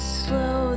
slow